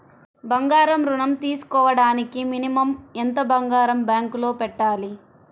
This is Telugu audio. బంగారం ఋణం తీసుకోవడానికి మినిమం ఎంత బంగారం బ్యాంకులో పెట్టాలి?